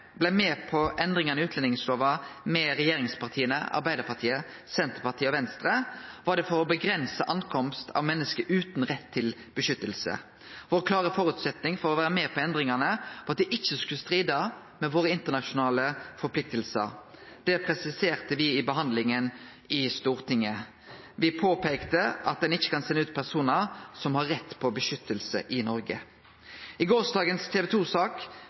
blei med på endringane i utlendingslova med regjeringspartia, Arbeidarpartiet, Senterpartiet og Venstre, var det for å avgrense innkomst av menneske utan rett til vern. Vår klare føresetnad for å vere med på endringane var at det ikkje skulle stride mot våre internasjonale forpliktingar. Det presiserte me i behandlinga i Stortinget. Me påpeikte at ein ikkje kan sende ut personar som har rett på vern i Noreg. I gårsdagens